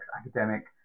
academic